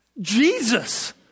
Jesus